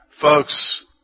Folks